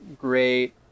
great